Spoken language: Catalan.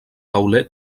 tauler